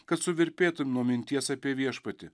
kad suvirpėtum nuo minties apie viešpatį